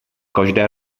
každá